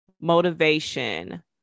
motivation